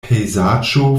pejzaĝo